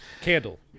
candle